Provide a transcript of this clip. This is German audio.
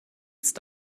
ist